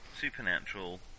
supernatural